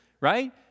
right